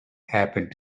happened